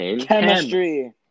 Chemistry